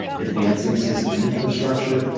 advancing system infrastructure,